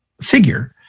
figure